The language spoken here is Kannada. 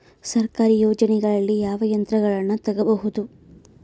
ಸರ್ಕಾರಿ ಯೋಜನೆಗಳಲ್ಲಿ ಯಾವ ಯಂತ್ರಗಳನ್ನ ತಗಬಹುದು?